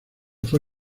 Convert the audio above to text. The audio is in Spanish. fue